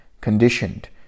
conditioned